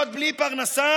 להיות בלי פרנסה,